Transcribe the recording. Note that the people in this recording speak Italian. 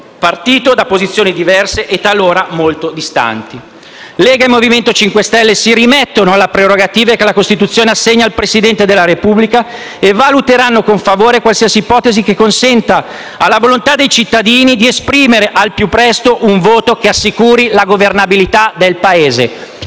partito da posizioni diverse e talora molto distanti. Lega e Movimento 5 Stelle si sono rimesse alle prerogative che la Costituzione assegna al Presidente della Repubblica e valuteranno con favore qualsiasi ipotesi che consenta alla volontà dei cittadini di esprimere al più presto un voto che assicuri la governabilità del Paese: